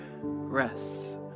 rests